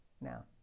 Now